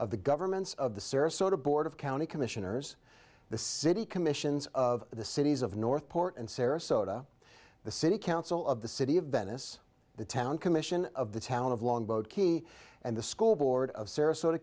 of the governments of the sarasota board of county commissioners the city commissions of the cities of north port and sarasota the city council of the city of venice the town commission of the town of longboat key and the school board of sarasota